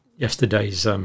yesterday's